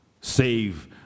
Save